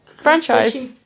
franchise